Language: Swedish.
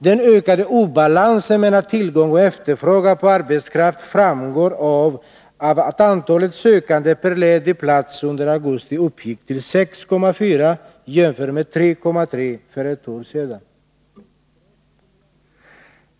Den ökade obalansen mellan tillgång och efterfrågan på arbetskraft framgår av att antalet sökande per ledig plats under augusti uppgick till 6,4 jämfört med 3,3 för ett år sedan.